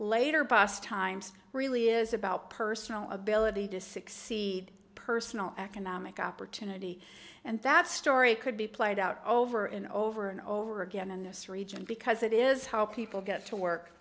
later boss times really is about personal ability to succeed personal economic opportunity and that story could be played out over and over and over again in this region because it is how people get to work